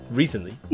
recently